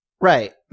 Right